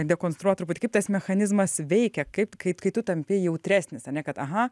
dekonstruot truputį kaip tas mechanizmas veikia kaip kai kai tu tampi jautresnis ane kad aha